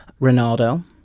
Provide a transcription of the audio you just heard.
Ronaldo